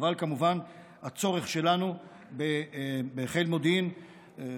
אבל כמובן הצורך שלנו בחיל מודיעין,